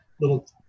little